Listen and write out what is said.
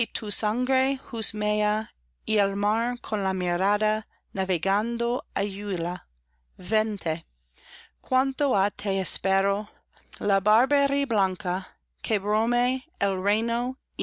con la mirada navegando aulla vente cuánto ha te espero la barberie blanca